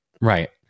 right